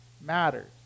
matters